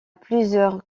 plusieurs